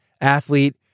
athlete